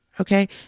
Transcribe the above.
Okay